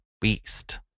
beast